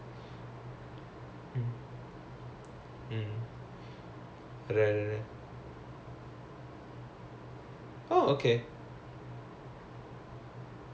but psychology's more interesting because you learn you learn like behaviour emotions and all that அதான் அந்த:athaan antha emotion emotion க்குன்னு ஒரு:kkunnu oru module இருந்துச்சு:irunthuchu so in that also